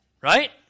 Right